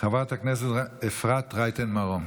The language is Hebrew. חברת הכנסת אפרת רייטן מרום.